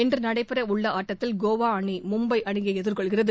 இன்று நடைபெறவுள்ள ஆட்டத்தில் கோவா அணி மும்பை அணியை எதிர்கொள்கிறது